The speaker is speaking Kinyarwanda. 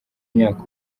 imyaka